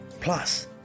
Plus